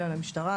למשטרה,